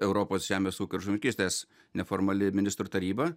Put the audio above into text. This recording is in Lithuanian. europos žemės ūkio ir žuvininkystės neformali ministrų taryba